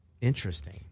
Interesting